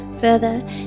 further